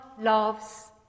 loves